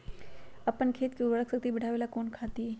अपन खेत के उर्वरक शक्ति बढावेला कौन खाद दीये?